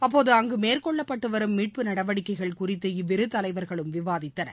அப்போது அங்கு மேற்கொள்ளப்பட்டு வரும் மீட்புப் நடவடிக்கைகள் குறித்து இவ்விரு தலைவா்களும் விவாதித்தனர்